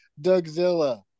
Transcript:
Dougzilla